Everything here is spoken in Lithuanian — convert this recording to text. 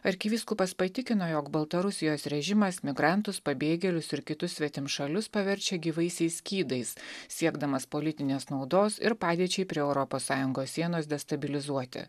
arkivyskupas patikino jog baltarusijos režimas migrantus pabėgėlius ir kitus svetimšalius paverčia gyvaisiais skydais siekdamas politinės naudos ir padėčiai prie europos sąjungos sienos destabilizuoti